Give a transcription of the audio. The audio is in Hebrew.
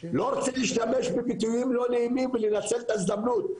לא רוצה להשתמש בביטויים לא נעימים ולנצל את ההזדמנות,